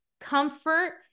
comfort